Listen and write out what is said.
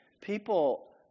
people